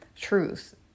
truth